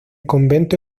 convento